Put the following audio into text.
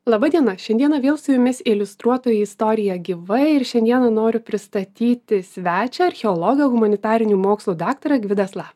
laba diena šiandieną vėl su jumis iliustruotoji istorija gyvai ir šiandieną noriu pristatyti svečią archeologą humanitarinių mokslų daktarą gvidą sla